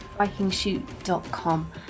VikingShoot.com